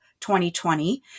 2020